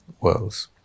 worlds